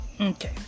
Okay